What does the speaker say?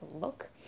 look